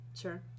Sure